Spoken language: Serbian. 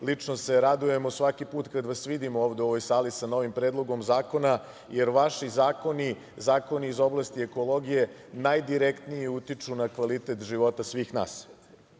lično se radujem svaki put kada vas vidim u ovoj sali sa novim Predlogom zakona jer vaši zakoni, zakoni iz oblasti ekologije najdirektnije utiču na kvalitet života svih